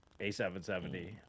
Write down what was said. A770